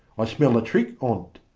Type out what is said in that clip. i smell the trick on't.